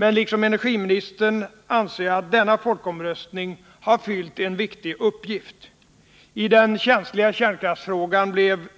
Men liksom energiministern anser jag att denna folkomröstning har fyllt en viktig uppgift. I den känsliga kärnkraftsfrågan blev